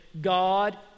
God